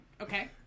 Okay